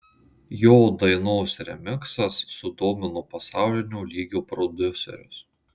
jo dainos remiksas sudomino pasaulinio lygio prodiuserius